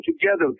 together